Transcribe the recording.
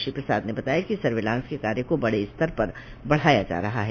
श्री प्रसाद ने बताया सर्विलांस के कार्य को बड़े स्तर पर बढ़ाया जा रहा है